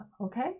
okay